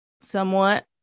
somewhat